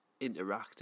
interactive